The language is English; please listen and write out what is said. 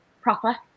proper